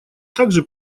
также